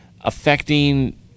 affecting